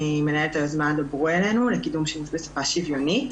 ואני מנהלת את היוזמה "דברו אלינו" לקידום שימוש בשפה שוויונית.